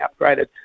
upgraded